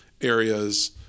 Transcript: areas